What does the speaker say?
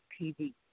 TV